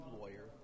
Lawyer